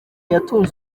yatunze